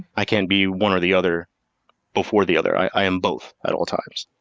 i can't be one or the other before the other. i am both at all times.